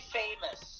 famous